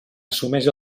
assumeix